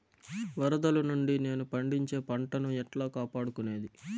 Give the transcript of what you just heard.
వరదలు నుండి నేను పండించే పంట ను ఎట్లా కాపాడుకునేది?